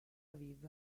aviv